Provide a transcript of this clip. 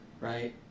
right